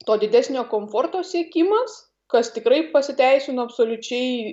to didesnio komforto siekimas kas tikrai pasiteisino absoliučiai